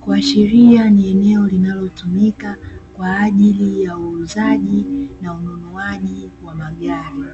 kuashiria ni eneo linalotumika kwa ajili ya uuzaji na ununuaji wa magari.